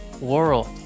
World